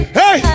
hey